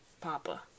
Papa